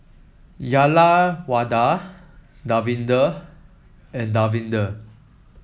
Uyyalawada Davinder and Davinder